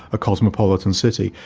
a cosmopolitan city.